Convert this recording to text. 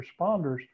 responders